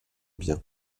bien